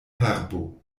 herbo